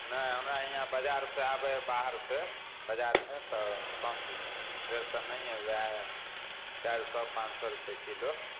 नहि हमरा इहाँ बजारसँ आबै हय बाहरसँ बजारमे तऽ कम देत देत तऽ नहिये वएह चारि सए पाँच सए रुपैये किलो